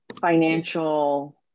financial